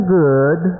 good